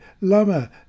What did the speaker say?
lama